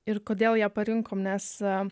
ir kodėl ją parinkom nesam